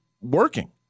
working